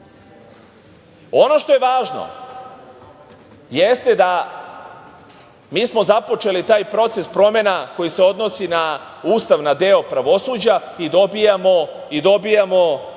što je važno jeste da smo mi započeli taj proces promena koji se odnosi na Ustav, na deo pravosuđa i dobijamo